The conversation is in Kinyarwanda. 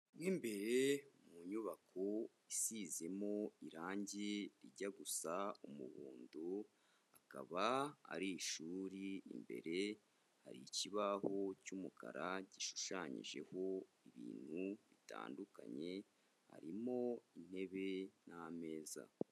Mo imbere mu nyubako isizemo irangi rijya gusa umubundo, akaba ari ishuri, imbere hari ikibaho cy'umukara gishushanyijeho ibintu bitandukanye, harimo intebe n'ameza.